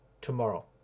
tomorrow